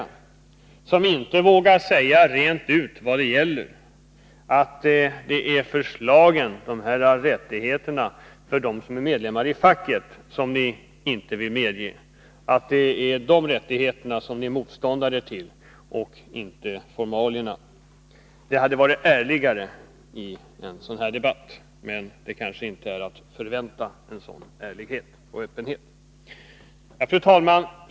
Ni vågar inte säga rent ut vad det gäller — att det är de här rättigheterna för dem som är medlemmar i facket som ni inte vill gå med på. Det är alltså dessa rättigheter som ni är motståndare till, men ni anför formalia. Det hade varit ärligare i en debatt som denna om ni sagt rent ut, men en sådan ärlighet och öppenhet är kanske inte vad man kan förvänta. Fru talman!